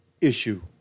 issue